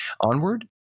onward